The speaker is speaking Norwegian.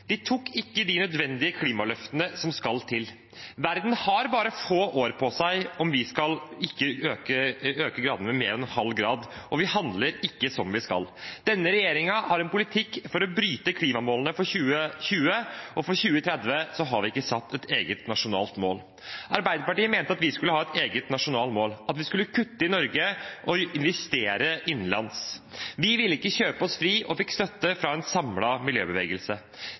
de nødvendige klimaløftene som skal til. Verden har bare få år på seg om vi ikke skal øke gradene mer enn en halv grad. Vi handler ikke som vi skal. Denne regjeringen har en politikk for å bryte klimamålene for 2020. For 2030 har vi ikke satt et eget nasjonalt mål. Arbeiderpartiet mente at vi skulle ha et eget nasjonalt mål, at vi skulle kutte i Norge og investere innenlands. Vi ville ikke kjøpe oss fri – og fikk støtte fra en samlet miljøbevegelse.